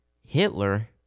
Hitler